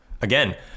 again